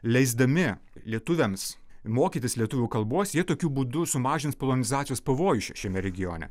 leisdami lietuviams mokytis lietuvių kalbos jie tokiu būdu sumažins polonizacijos pavojų šiame regione